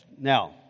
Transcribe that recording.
Now